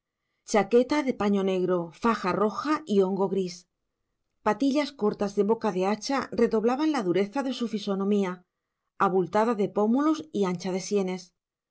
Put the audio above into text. chaqueta de paño negro faja roja y hongo gris patillas cortas de boca de hacha redoblaban la dureza de su fisonomía abultada de pómulos y ancha de sienes